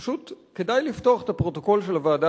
פשוט כדאי לפתוח את הפרוטוקול של הוועדה